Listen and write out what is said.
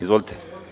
Izvolite.